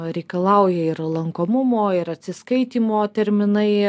reikalauja ir lankomumo ir atsiskaitymo terminai